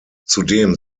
zudem